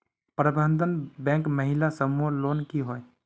प्रबंधन बैंक महिला समूह लोन की होय?